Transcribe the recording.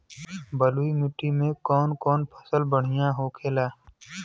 बलुई मिट्टी में कौन कौन फसल बढ़ियां होखेला?